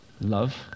love